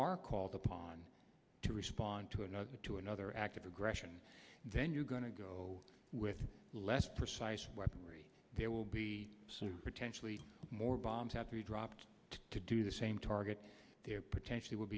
are called upon to respond to another to another act of aggression then you're going to go with less precise weaponry there will be soon potentially more bombs have dropped to do the same target there potentially will